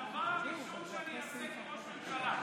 הדבר הראשון שאני אעשה בתור ראש ממשלה,